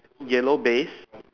yellow base